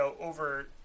over